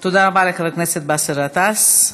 תודה רבה לחבר הכנסת באסל גטאס.